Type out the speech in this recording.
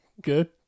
good